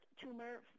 tumor